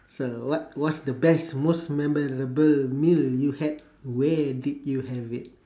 so what what's the best most memorable meal you had where did you have it